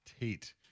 Tate